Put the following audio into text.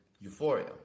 Euphoria